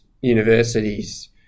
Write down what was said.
universities